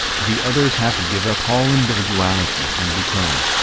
the others have to give up all individuality and become,